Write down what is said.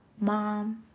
mom